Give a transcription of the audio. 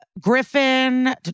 Griffin